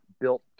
built